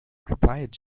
replied